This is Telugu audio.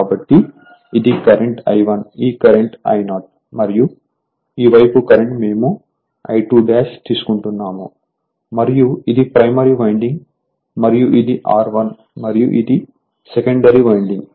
కాబట్టి ఇది కరెంట్ I1 ఈ కరెంట్ I0 మరియు ఈ వైపు కరెంట్ మేము I2 తీసుకుంటున్నాము మరియు ఇది ప్రైమరీ వైండింగ్ మరియు ఇది R1 మరియు ఇది సెకండరీ వైండింగ్